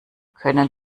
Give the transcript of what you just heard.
können